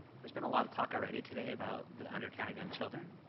there's been a lot of talk already today about the under count of young children.